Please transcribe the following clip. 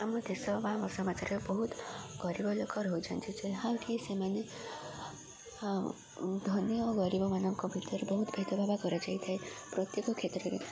ଆମ ଦେଶ ବା ସମାଜରେ ବହୁତ ଗରିବ ଲୋକ ରହୁଛନ୍ତି ଯାହାକି ସେମାନେ ଧନୀ ଓ ଗରିବମାନଙ୍କ ଭିତରେ ବହୁତ ଭେଦଭାବ କରାଯାଇଥାଏ ପ୍ରତ୍ୟେକ କ୍ଷେତ୍ରରେ